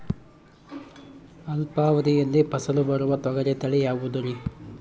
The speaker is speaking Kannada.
ಅಲ್ಪಾವಧಿಯಲ್ಲಿ ಫಸಲು ಬರುವ ತೊಗರಿ ತಳಿ ಯಾವುದುರಿ?